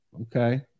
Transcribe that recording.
Okay